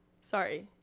sorry